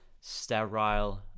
sterile